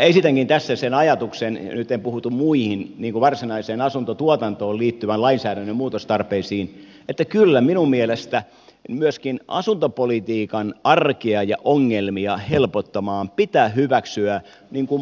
esitänkin tässä sen ajatuksen ja nyt en puutu muihin varsinaiseen asuntotuotantoon liittyvän lainsäädännön muutostarpeisiin että kyllä minun mielestäni myöskin asuntopolitiikan arkea ja ongelmia helpottamaan pitää hyväksyä